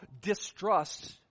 distrust